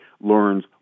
learns